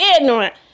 ignorant